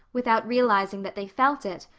without realizing that they felt it,